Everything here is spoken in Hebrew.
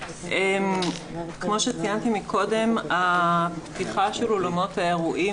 כמו שציינתי קודם הפתיחה של אולמות האירועים